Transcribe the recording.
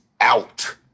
out